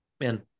Man